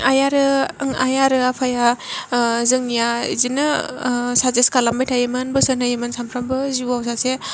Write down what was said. आइ आरो आइ आरो आफाया जोंनिया इदिनो साजेस्ट खालामबाय थायोमोन बोसोन होयोमोन सानफ्रामबो जिउयाव सासे